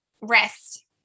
rest